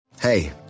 Hey